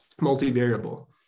multi-variable